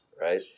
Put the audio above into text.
right